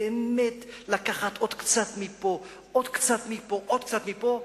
באמת לקחת עוד קצת מפה, עוד קצת מפה, עוד קצת מפה,